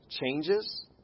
changes